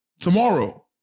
tomorrow